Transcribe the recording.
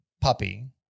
puppy